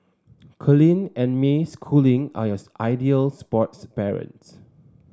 Colin and May Schooling are yours ideal sports parents